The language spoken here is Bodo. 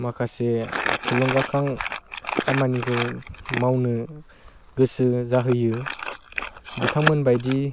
माखासे थुलुंगाखां खामानिखौ मावनो गोसो जाहोयो बिथांमोनबायदि